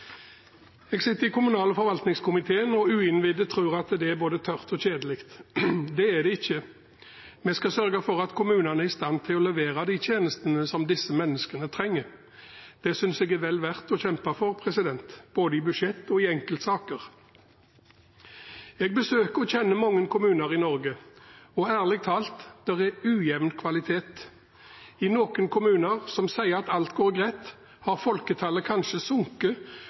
Jeg sitter i kommunal- og forvaltningskomiteen. Uinnvidde tror at det er både tørt og kjedelig. Det er det ikke. Vi skal sørge for at kommunene er i stand til å levere de tjenestene som disse menneskene trenger. Det synes jeg er vel verd å kjempe for, både i budsjett og i enkeltsaker. Jeg besøker og kjenner mange kommuner i Norge, og ærlig talt, det er ujevn kvalitet. I noen kommuner, som sier at alt går greit, har folketallet kanskje sunket